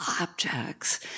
objects